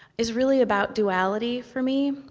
it's really about duality for me,